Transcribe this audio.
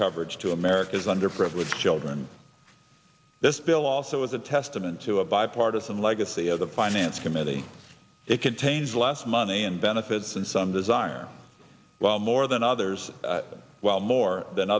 coverage to america's underprivileged children this bill also is a testament to a bipartisan legacy of the finance committee it contains less money and benefits and some desire well more than others well more than